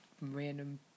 random